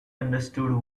understood